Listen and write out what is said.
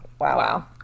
Wow